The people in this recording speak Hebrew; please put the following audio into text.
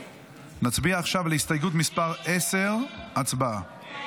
נצביע עכשיו על הסתייגות מס' 10. הצבעה.